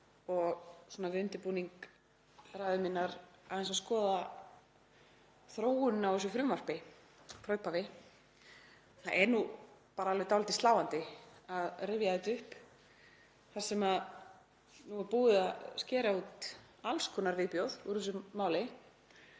Við undirbúning ræðu minnar var ég aðeins að skoða þróunina á þessu frumvarpi frá upphafi. Það er alveg dálítið sláandi að rifja þetta upp þar sem nú er búið að skera út alls konar viðbjóð úr þessu máli